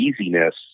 easiness